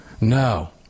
no